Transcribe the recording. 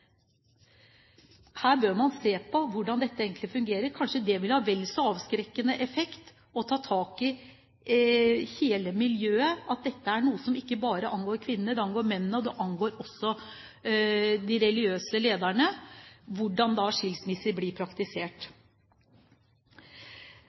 Her bør man se på hvordan dette egentlig fungerer. Kanskje vil det ha vel så avskrekkende effekt å ta tak i hele miljøet. Hvordan skilsmisser blir praktisert, er noe som ikke bare angår kvinnene. Det angår mennene, og det angår også de religiøse lederne.